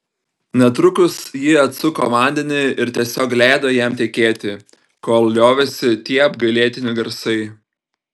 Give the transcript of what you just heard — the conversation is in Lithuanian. netrukus ji atsuko vandenį ir tiesiog leido jam tekėti kol liovėsi tie apgailėtini garsai